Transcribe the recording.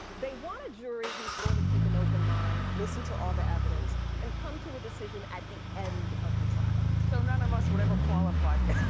they want a jury who's going to keep an open mind, listen to all the evidence and come to a decision at the end of the trial. so none of um us would ever qualify for